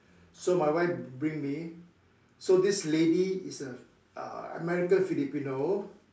so my wife bring me so this lady is a uh American Filipino